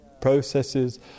processes